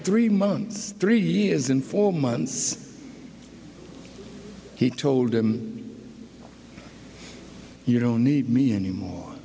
three months three years and four months he told him you don't need me anymore